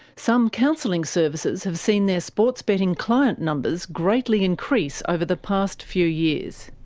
some counselling services have seen their sports betting client numbers greatly increase over the past few years.